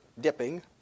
dipping